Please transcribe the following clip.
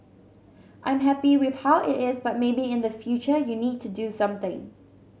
I'm happy with how it is but maybe in the future you need to do something